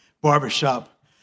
barbershop